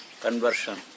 Conversion